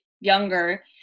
younger